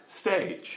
stage